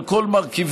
על כל מרכיביה,